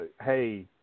hey